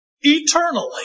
Eternally